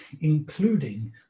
including